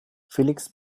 felix